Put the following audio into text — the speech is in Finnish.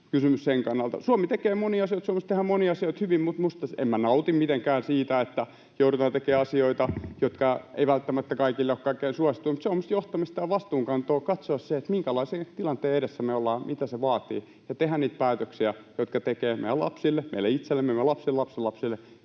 taustakysymys sen kannalta. Suomi tekee monia asioita. Suomessa tehdään monia asioita hyvin, mutta en minä nauti mitenkään siitä, että joudutaan tekemään asioita, jotka eivät välttämättä kaikille ole kaikkein suosituimpia. On minusta johtamista ja vastuunkantoa katsoa, minkälaisen tilanteen edessä me olemme, mitä se vaatii ja tehdä niitä päätöksiä, jotka tekevät meidän lapsille, meille itsellemme, meidän lapsenlapsenlapsille